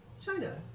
china